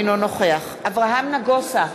אינו נוכח אברהם נגוסה,